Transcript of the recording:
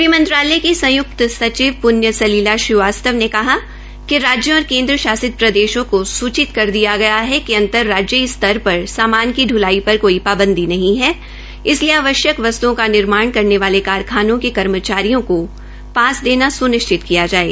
ग़ह मंत्रालय की संयुक्त सचिव पृण्य सलिला श्रीवास्तव ने कहा कि राज्यों और केन्द्र शासित प्रदेशों को सूचित कर दिया गया है कि अंतर राज्यीय स्तर पर सामान की ढ्लाई पर कोई पांबदी नहीं है इसलिए आवश्यक वस्तुओं का निर्माण करने वाले कारखानों के कर्मचारियों को पास देना सुनिश्चित किया जाये